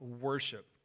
worship